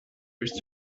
his